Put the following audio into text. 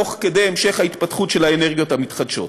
תוך המשך ההתפתחות של האנרגיות המתחדשות.